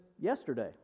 yesterday